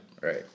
Right